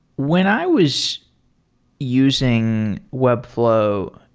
when i was using webflow,